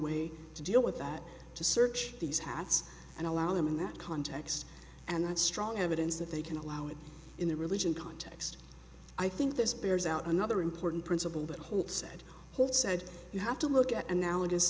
way to deal with that to search these hats and allow them in that context and that strong evidence that they can allow it in the religion context i think this bears out another important principle that holds said hold said you have to look at anal